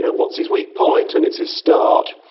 what's his weak point, and it's his start.